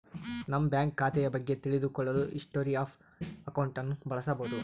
ನಮ್ಮ ಬ್ಯಾಂಕ್ ಖಾತೆಯ ಬಗ್ಗೆ ತಿಳಿದು ಕೊಳ್ಳಲು ಹಿಸ್ಟೊರಿ ಆಫ್ ಅಕೌಂಟ್ ಅನ್ನು ಬಳಸಬೋದು